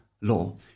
law